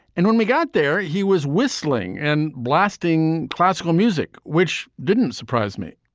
and when we got there he was whistling and blasting classical music which didn't surprise me.